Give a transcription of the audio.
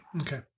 Okay